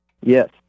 Yes